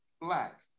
black